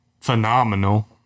phenomenal